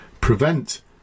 prevent